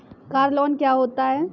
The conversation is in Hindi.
कार लोन क्या होता है?